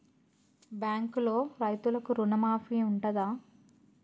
బ్యాంకులో రైతులకు రుణమాఫీ ఉంటదా?